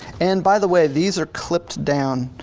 and by the way these are clipped down.